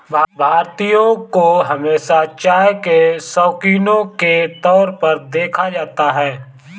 भारतीयों को हमेशा चाय के शौकिनों के तौर पर देखा जाता है